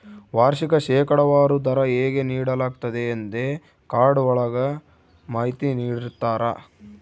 ವಾರ್ಷಿಕ ಶೇಕಡಾವಾರು ದರ ಹೇಗೆ ನೀಡಲಾಗ್ತತೆ ಎಂದೇ ಕಾರ್ಡ್ ಒಳಗ ಮಾಹಿತಿ ನೀಡಿರ್ತರ